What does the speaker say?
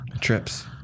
Trips